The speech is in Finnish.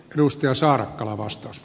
arvoisa herra puhemies